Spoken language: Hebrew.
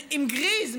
עם גריז,